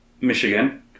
Michigan